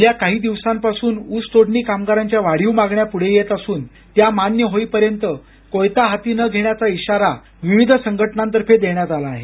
गेल्या काही दिवसांपासून ऊस तोडणी कामगारांच्या वाढीव मागण्या पुढे येत असून त्या मान्य होईपर्यंत कोयता हाती न घेण्याचा इशारा विविध संघटनांतर्फे देण्यात आला आहे